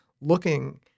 looking